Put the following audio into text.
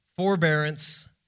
forbearance